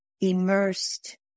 immersed